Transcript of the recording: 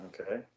Okay